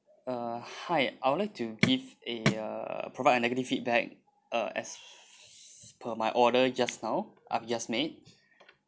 uh hi I would like to give eh a provide a negative feedback uh as per my order just now I had just made